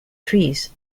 trees